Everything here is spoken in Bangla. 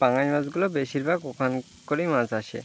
পাঙ্গাশ মাছগুলো বেশিরভাগ ওখানকারই মাছ আসে